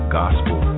gospel